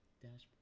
dashboard